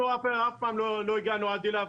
אנחנו אף פעם לא הגענו אליו.